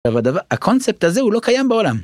הקונספט הזה הוא לא קיים בעולם.